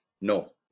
no